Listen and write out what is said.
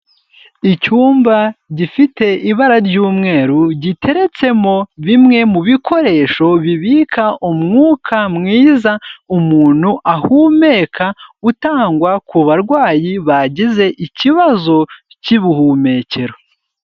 Icyumba gifite ibara ry'umweru giteretsemo bimwe mu bikoresho bibika umwuka mwiza umuntu ahumeka, utangwa ku barwayi bagize ikibazo cy'ubuhumekero.